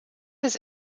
his